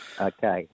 Okay